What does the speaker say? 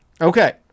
okay